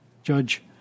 Judge